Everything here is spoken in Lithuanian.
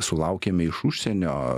sulaukiame iš užsienio